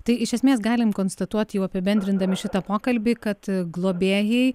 tai iš esmės galim konstatuot jau apibendrindami šitą pokalbį kad globėjai